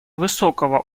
высокого